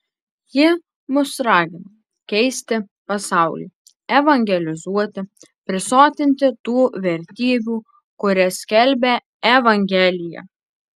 ji mus ragina keisti pasaulį evangelizuoti prisotinti tų vertybių kurias skelbia evangelija